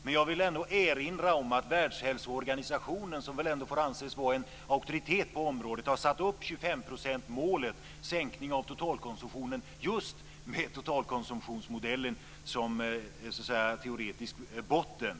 Men jag vill erinra om att Världshälsoorganisationen, som väl ändå får anses vara en auktoritet på området, har satt upp målet att sänka totalkonsumtionen med 25 % med just totalkonsumtionsmodellen som teoretisk botten.